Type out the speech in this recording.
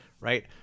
right